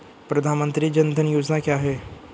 प्रधानमंत्री जन धन योजना क्या है?